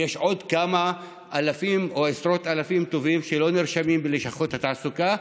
ויש עוד כמה אלפים או עשרות אלפים טובים שלא נרשמים בלשכות התעסוקה,